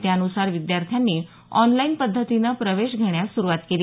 त्यानुसार विद्यार्थ्यानी आॅनलाईन पद्धतीनं प्रवेश घेण्यास सुरुवात केली